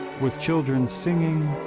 with children singing,